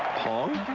pong?